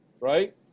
right